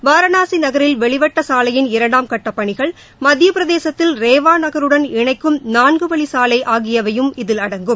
வாரணாசி நகரில் வெளிவட்ட சாலையின் இரண்டாம்கட்ட பணிகள் மத்திய பிரதேசத்தில் ரேவா நகருடன் இணைக்கும் நான்கு வழி சாலை ஆகியவையும் இதில் அடங்கும்